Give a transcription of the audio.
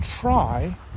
try